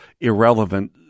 irrelevant